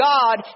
God